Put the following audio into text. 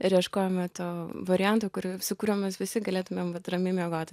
ir ieškojome to varianto kurį su kuriuo mes visi galėtumėm vat ramiai miegoti